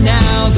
now